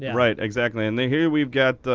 right, exactly. and then here we've got,